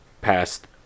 past